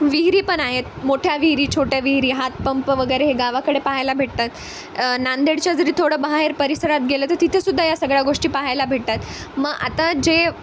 विहिरी पण आहेत मोठ्या विहिरी छोट्या विहिरी हातपंप वगैरे हे गावाकडे पाहायला भेटतात नांदेडच्या जरी थोडं बाहेर परिसरात गेलं तर तिथेसुद्धा या सगळ्या गोष्टी पाहायला भेटतात मग आता जे